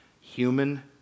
human